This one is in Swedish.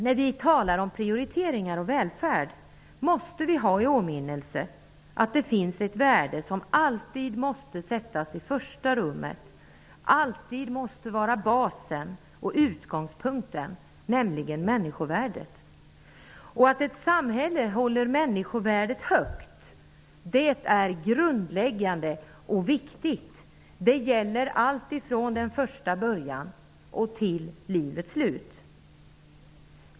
När vi talar om prioriteringar och välfärd måste vi ha i åminnelse att det finns ett värde som alltid måste sättas i första rummet, alltid måste vara basen och utgångspunkten, nämligen människovärdet. Att ett samhälle håller människovärdet högt är grundläggande och viktigt. Det gäller allt, från den första början till livets slut.